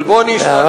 אבל בוא אני אשאל,